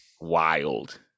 wild